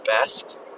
best